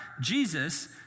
Jesus